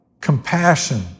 compassion